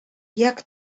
jak